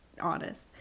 honest